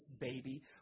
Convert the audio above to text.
baby